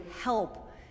help